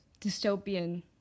dystopian